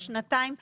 בשתיים האחרונות,